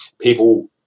people